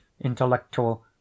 intellectual